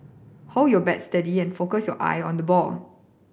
hold your bat steady and focus your eye on the ball